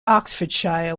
oxfordshire